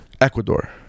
ecuador